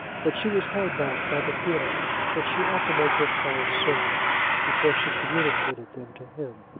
but she was held back by the feeling that she ought to make her plans certain before she communicated them to him.